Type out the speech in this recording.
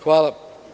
Hvala.